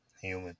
Human